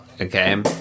okay